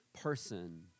person